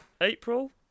April